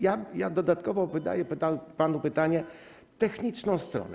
Ja dodatkowo zadaję panu pytanie o techniczną stronę.